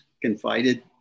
confided